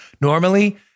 Normally